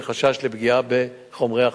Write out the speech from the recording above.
מחשש לפגיעה בחומרי החקירה.